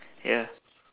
ya